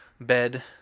bed